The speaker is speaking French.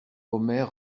omer